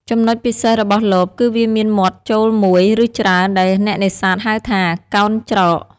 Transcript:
ចំណុចពិសេសរបស់លបគឺវាមានមាត់ចូលមួយ ឬច្រើន ដែលអ្នកនេសាទហៅថា កោណច្រក។